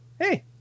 hey